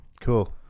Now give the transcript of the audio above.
cool